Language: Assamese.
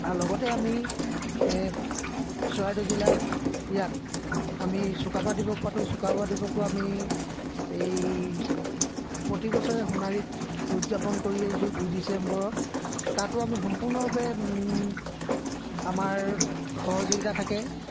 আৰু লগতে আমি এ চৰাইদেউ জিলাত ইয়াত আমি চুকাফা দিৱস পাতোঁ চুকাফা দিৱসো আমি এই প্ৰতিবছৰে সোণাৰীত উদযাপন কৰি আহিছোঁ দুই ডিচেম্বৰত তাতো আমি সম্পূৰ্ণৰূপে আমাৰ সহযোগিতা থাকে